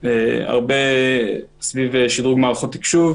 הרבה סביב שדרוג מערכות תקשוב,